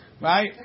Right